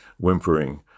whimpering